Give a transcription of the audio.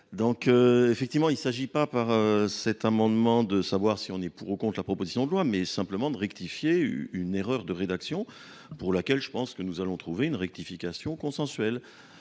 Donc, effectivement, il ne s'agit pas par cet amendement de savoir si on est pour ou contre la proposition de loi, mais simplement de rectifier une erreur de rédaction. pour laquelle je pense que nous allons trouver une rectification consensuelle.